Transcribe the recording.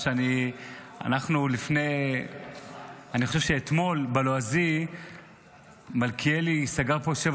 אני חושב שאתמול בלועזי מלכיאלי סגר פה שבע